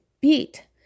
beat